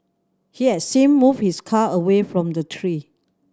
he has same moved his car away from the tree